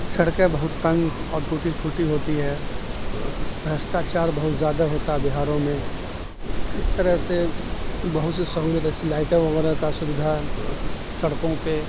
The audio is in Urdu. سڑکیں بہت تنگ اور ٹوٹی فوٹی ہوتی ہے بھرشٹاچار بہت زیادہ ہوتا ہے بہاروں میں اس طرح سے بہت سی سہولت ایسی لائٹیں وغیرہ کا سویدھا سڑکوں پہ